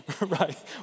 right